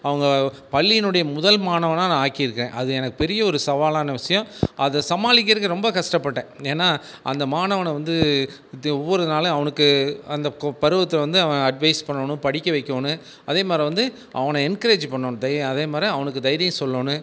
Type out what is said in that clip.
அவங்க பள்ளியினுடைய முதல் மாணவனாக நான் ஆக்கிருக்கேன் அது எனக்கு பெரிய ஒரு சவாலான விஷயம் அதை சமாளிக்கிறக்கு ரொம்ப கஷ்டப்பட்டேன் ஏன்னா அந்த மாணவனை வந்து ஒவ்வொரு நாளும் அவனுக்கு அந்த பருவத்தை வந்து அவன் அட்வைஸ் பண்ணனும் படிக்க வைக்கோணும் அதேமாதிரி வந்து அவனை எங்கிரேஜ் பண்ணணும் அதேமாதிரி அவனுக்கு தைரியம் சொல்லோணும்